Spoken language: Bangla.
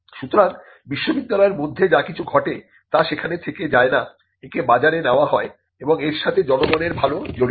সুতরাং বিশ্ববিদ্যালয়ের মধ্যে যা কিছু ঘটে তা সেখানে থেকে যায় না একে বাজারে নেওয়া হয় এবং এর সাথে জনগণের ভালো জড়িত